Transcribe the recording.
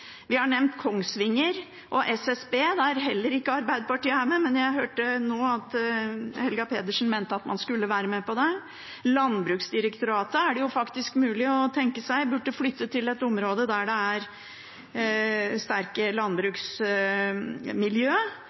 vi har nevnt Kongsvinger og SSB – der Arbeiderpartiet heller ikke er med, men jeg hørte nå at Helga Pedersen mente man skulle være med på det. Landbruksdirektoratet er det mulig å tenke seg burde flytte til et område der det er et sterkt landbruksmiljø.